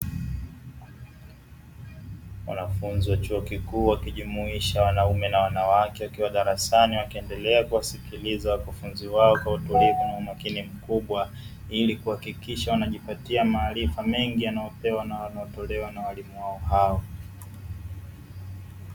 Wanafunzi wa chuo kikuu wakijumuisha wanaume na wanawake wakiwa darasani wakiendelea kuwasikiliza wakufunzi wao kwa utulivu na umakini mkubwa, ili kuhakikisha wanajipatia maarifa mengi yanayotolewa na walimu wao hao.